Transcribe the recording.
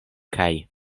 kaj